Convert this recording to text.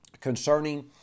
concerning